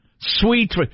Sweet